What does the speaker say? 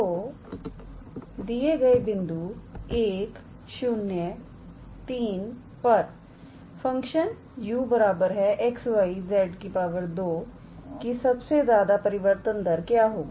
तो दिए गए बिंदु 103 पर फंक्शन 𝑢 𝑥𝑦𝑧 2 की सबसे ज्यादा परिवर्तन दर क्या होगी